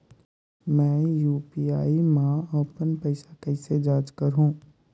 मैं यू.पी.आई मा अपन पइसा कइसे जांच करहु?